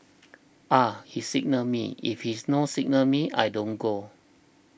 ah he signal me if he no signal me I don't go